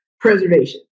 preservation